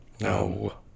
No